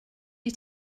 wyt